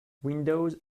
windows